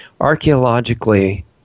archaeologically